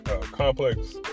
complex